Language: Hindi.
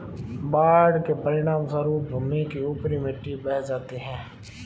बाढ़ के परिणामस्वरूप भूमि की ऊपरी मिट्टी बह जाती है